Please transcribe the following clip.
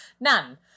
none